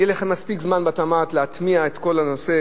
יהיה לכם מספיק זמן בתמ"ת להטמיע את כל הנושא